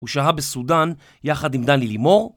הוא שהה בסודאן יחד עם דני לימור